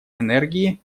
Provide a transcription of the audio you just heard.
энергии